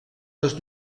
les